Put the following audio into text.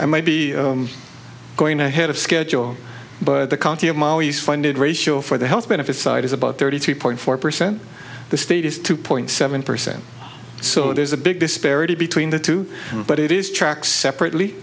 i might be going ahead of schedule but the county of ma is funded ratio for the health benefits side is about thirty three point four percent the state is two point seven percent so there's a big disparity between the two but it is track separately